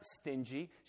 stingy